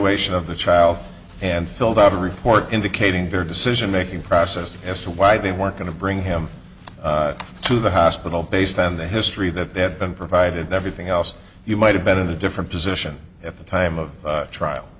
evaluation of the child and filled out a report indicating their decision making process as to why they weren't going to bring him to the hospital based on the history that they had been provided everything else you might have been in a different position at the time of trial